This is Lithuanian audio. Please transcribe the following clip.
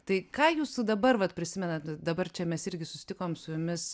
tai ką jūs dabar vat prisimenat dabar čia mes irgi susitikom su jumis